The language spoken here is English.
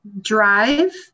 drive